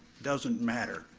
doesn't matter.